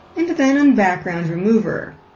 and then on background remover.